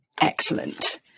Excellent